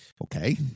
Okay